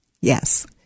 Yes